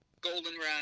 goldenrod